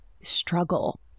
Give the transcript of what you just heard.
struggle